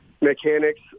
mechanics